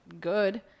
good